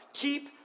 Keep